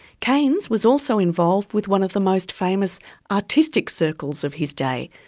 keynes was also involved with one of the most famous artistic circles of his day,